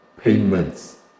payments